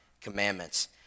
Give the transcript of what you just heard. commandments